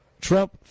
Trump